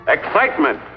Excitement